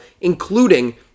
including